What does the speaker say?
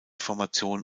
formation